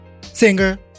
singer